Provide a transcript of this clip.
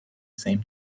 same